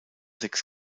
sechs